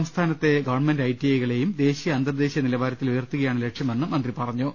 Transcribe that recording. സംസ്ഥാനത്തെ government I T ഐകളെയും ദേശീയ അന്തർദേ ശീയ നിലവാരത്തിൽ ഉയർത്തുകയാണ് ലക്ഷ്യമെന്നും മന്ത്രി പറഞ്ഞു